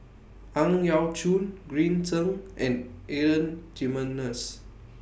Ang Yau Choon Green Zeng and Adan Jimenez